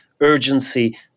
urgency